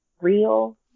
real